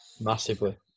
massively